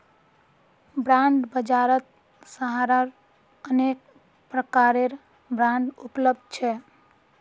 bond बाजारत सहारार अनेक प्रकारेर बांड उपलब्ध छ